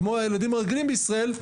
כמו הילדים הרגילים בישראל,